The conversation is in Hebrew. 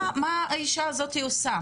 מה האישה הזאת עושה?